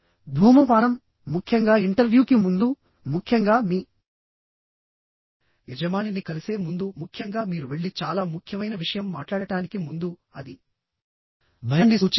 ధూమపానం ముఖ్యంగా ఇంటర్వ్యూకి ముందు ముఖ్యంగా మీ యజమానిని కలిసే ముందు ముఖ్యంగా మీరు వెళ్లి చాలా ముఖ్యమైన విషయం మాట్లాడటానికి ముందు అది భయాన్ని సూచిస్తుంది